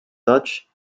dutch